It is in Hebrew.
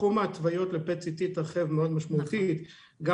תחום ההתוויות ל-PET CT התרחב מאוד משמעותית גם